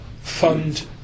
fund